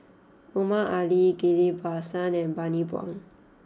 Omar Ali Ghillie Basan and Bani Buang